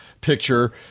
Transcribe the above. picture